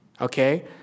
okay